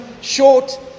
short